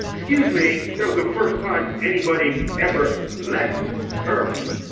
excuse me, that was the first time anybody ever left earth.